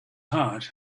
heart